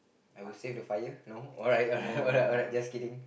I would save the fire no alright alright alright alright just kidding